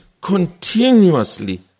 continuously